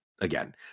again